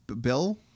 Bill